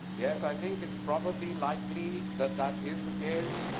yes i think it's probably likely that that is the case.